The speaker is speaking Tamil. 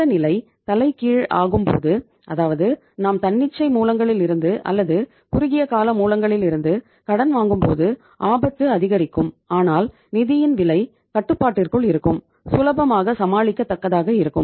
இந்த நிலை தலைகீழ் ஆகும்போது அதாவது நாம் தன்னிச்சை மூலங்களிலிருந்து அல்லது குறுகிய கால மூலங்களிலிருந்து கடன் வாங்கும்போது ஆபத்து அதிகரிக்கும் ஆனால் நிதியின் விலை கட்டுப்பாட்டிற்குள் இருக்கும் சுலபமாக சமாளிக்க தக்கதாக இருக்கும்